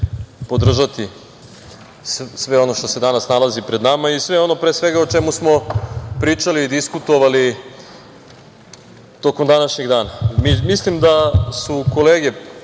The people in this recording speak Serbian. podržati sve ono što se danas nalazi pred nama i sve ono o čemu smo pričali i diskutovali tokom današnjeg dana. Mislim da su kolege